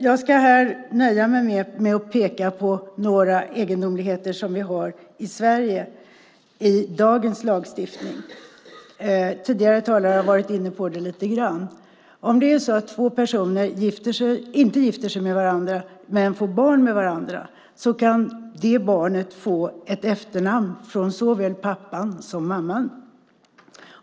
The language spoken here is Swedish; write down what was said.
Jag ska här nöja mig med att peka på några egendomligheter som vi har i dagens lagstiftning i Sverige. Tidigare talare har varit inne på det lite grann. Om två personer inte gifter sig men får barn med varandra kan barnet få efternamn från såväl pappan som mamman.